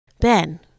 Ben